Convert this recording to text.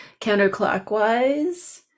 counterclockwise